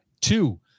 two